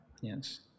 Yes